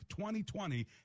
2020